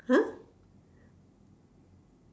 !huh!